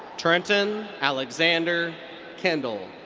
trenton alexander kindle.